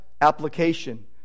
application